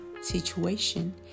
situation